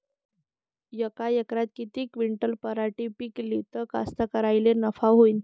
यका एकरात किती क्विंटल पराटी पिकली त कास्तकाराइले नफा होईन?